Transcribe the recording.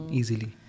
easily